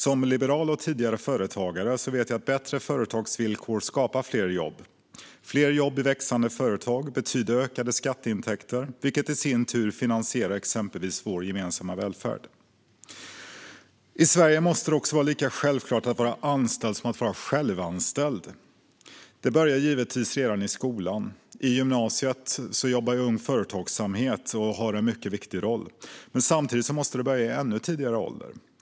Som liberal och tidigare företagare vet jag att bättre företagsvillkor skapar fler jobb. Fler jobb i växande företag betyder ökade skatteintäkter, vilket i sin tur finansierar exempelvis vår gemensamma välfärd. I Sverige måste det också vara lika självklart att vara anställd som att vara självanställd. Det börjar givetvis redan i skolan. I gymnasiet jobbar Ung Företagsamhet och har en mycket viktig roll. Men samtidigt måste det börja i ännu tidigare ålder.